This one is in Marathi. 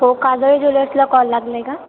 हो काजळे ज्वेलर्सला कॉल लागलाय का